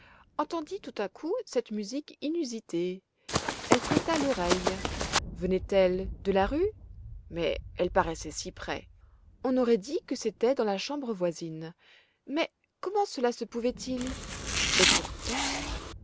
entendit tout à coup cette musique inusitée elle prêta l'oreille venait-elle de la rue mais elle paraissait si près on aurait dit que c'était dans la chambre voisine mais comment cela se pouvait-il et pourtant